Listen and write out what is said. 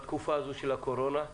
בתקופה של הקורונה.